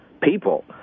people